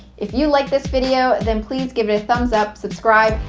if you liked this video then please give it a thumbs up, subscribe,